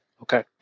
Okay